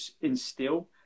instill